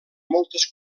moltes